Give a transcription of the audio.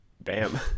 Bam